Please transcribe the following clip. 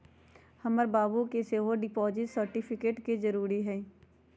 हमर बाबू के सेहो डिपॉजिट सर्टिफिकेट के जरूरी हइ